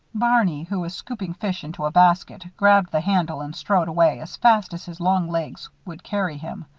barney, who was scooping fish into a basket, grabbed the handle and strode away as fast as his long legs would carry him.